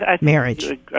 marriage